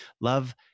Love